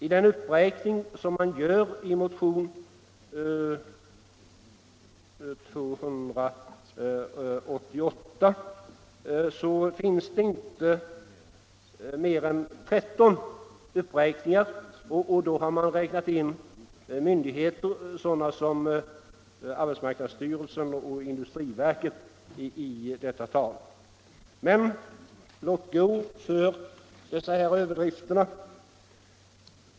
I den uppräkning som görs i motionen finns det inte fler än 13, och då har man räknat in myndigheter sådana som arbetsmarknadsstyrelsen och industriverket. Men låt gå för dessa överdrifter.